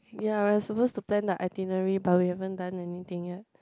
we are supposed to plan the itinerary but we haven't done anything yet